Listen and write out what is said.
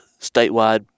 statewide